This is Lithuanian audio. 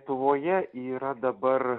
lietuvoje yra dabar